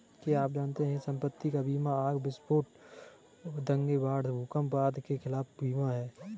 क्या आप जानते है संपत्ति का बीमा आग, विस्फोट, दंगे, बाढ़, भूकंप आदि के खिलाफ बीमा है?